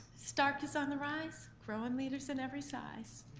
starke is on the rise, growing leaders in every size.